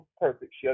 perfect